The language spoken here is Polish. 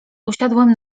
usiadłem